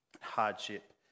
hardship